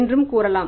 என்றும் கூறலாம்